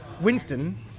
Winston